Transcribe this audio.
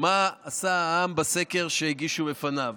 מה עשה העם בסקר שהגישו לפניו,